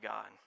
God